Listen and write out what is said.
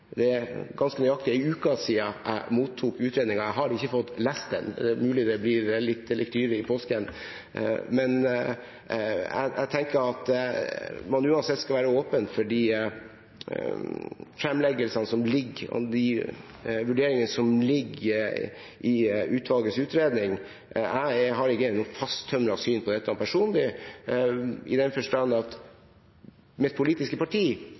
det er ganske nøyaktig en uke siden jeg mottok utredningen, så jeg har ikke fått lest den – det er mulig det blir lektyre i påsken. Men jeg tenker at man uansett skal være åpen for de fremleggelsene og de vurderingene som ligger i utvalgets utredning. Jeg har ikke noe fasttømret syn på dette personlig, i den forstand at mitt politiske parti